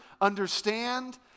understand